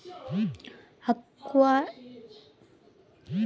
aquaculture ಉತ್ಪಾದನೆಯು ಈಗ ಸೆರೆಹಿಡಿಯುವ ಮೀನುಗಾರಿಕೆ ಉತ್ಪಾದನೆನ ಮೀರಿದೆ